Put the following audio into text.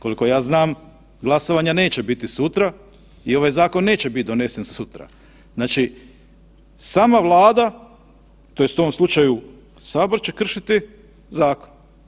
Koliko ja znam glasovanja neće biti sutra i ovaj zakon neće biti donese sutra, znači sama Vlada tj. u ovom slučaju Sabor će kršiti zakon.